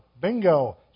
Bingo